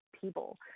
people